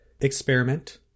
experiment